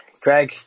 Craig